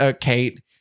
Kate